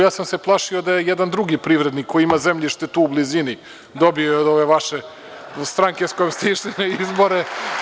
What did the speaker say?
Ja sam se plašio da je jedan drugi privrednik koji ima zemljište tu u blizini, dobio je od vaše stranke sa kojom ste išli na izbore.